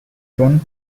soon